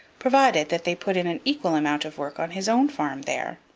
provided that they put in an equal amount of work on his own farm there.